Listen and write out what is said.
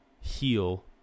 heal